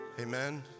Amen